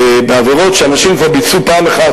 שבעבירות שאנשים כבר ביצעו פעם אחת,